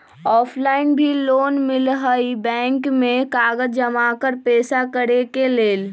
Offline भी loan मिलहई bank में कागज जमाकर पेशा करेके लेल?